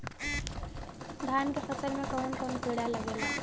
धान के फसल मे कवन कवन कीड़ा लागेला?